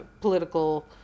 political